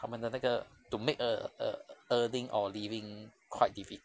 他们的那个 to make ea~ ea~ earning or living quite diffi~